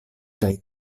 kaj